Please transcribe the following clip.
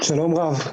שלום רב.